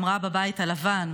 אמרה בבית הלבן,